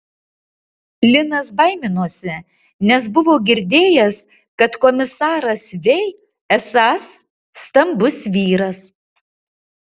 linas baiminosi nes buvo girdėjęs kad komisaras vei esąs stambus vyras